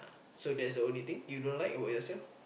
so that's the only thing you don't like about yourself